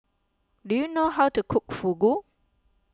do you know how to cook Fugu